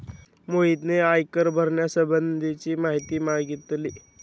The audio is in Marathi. मोहितने आयकर भरण्यासंबंधीची माहिती मागितली